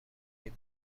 این